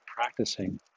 Practicing